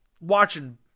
watching